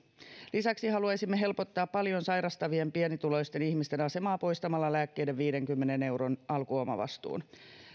lisäksi haluaisimme helpottaa paljon sairastavien pienituloisten ihmisten asemaa poistamalla lääkkeiden viidenkymmenen euron alkuomavastuun